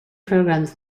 programs